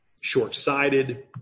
short-sighted